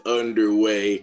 underway